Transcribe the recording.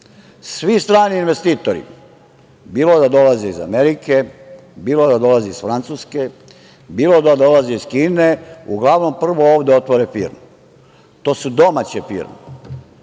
Svi strani investitori, bilo da dolaze iz Amerike, bilo da dolaze iz Francuske, bilo da dolaze iz Kine, uglavnom prvo ovde otvore firmu. To su domaće firme